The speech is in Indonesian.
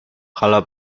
kalau